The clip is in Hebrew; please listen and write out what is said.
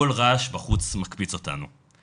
כל רעש בחוץ מקפיץ אותנו".